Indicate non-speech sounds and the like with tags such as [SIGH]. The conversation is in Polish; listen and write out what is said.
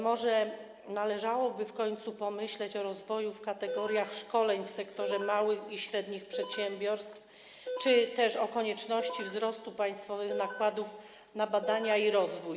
Może należałoby w końcu pomyśleć o rozwoju w kategoriach szkoleń w sektorze małych i średnich przedsiębiorstw [NOISE] czy też o konieczności wzrostu państwowych nakładów na badania i rozwój.